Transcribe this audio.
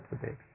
today